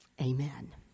Amen